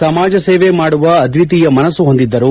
ಸಮಾಜ ಸೇವೆ ಮಾಡುವ ಅದ್ವಿತೀಯ ಮನಸ್ಸು ಹೊಂದಿದ್ದರು